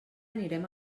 anirem